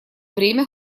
время